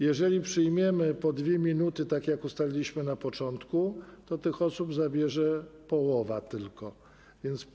Jeżeli przyjmiemy po 2 minuty, tak jak ustaliliśmy na początku, to tych osób zabierze głos tylko połowa.